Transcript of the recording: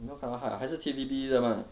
你有没有看到他还是 T_V_B 是吗